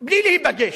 בלי להיפגש,